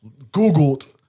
Googled